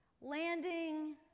landing